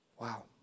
Wow